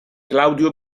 claudio